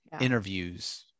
interviews